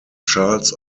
charles